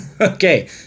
Okay